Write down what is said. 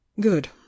good